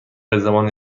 زمانی